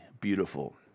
beautiful